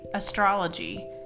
astrology